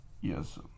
Yes